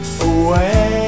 away